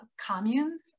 communes